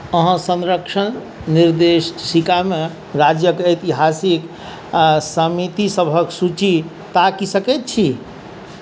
अहाँ सँरक्षण निर्देशिकामे राज्यके ऐतिहासिक समितिसबके सूची ताकि सकै छी